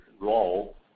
role